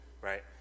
right